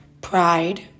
Pride